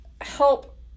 help